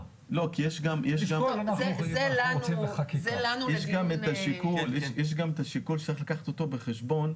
זה לנו מביאים --- יש גם את השיקול שצריך לקחת אותו בחשבון,